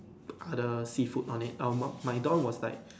other seafood on it um my my don was like